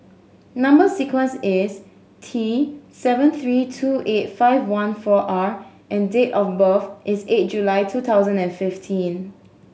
number sequence is T seven three two eight five one four R and date of birth is eight July two thousand and fifteen